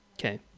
Okay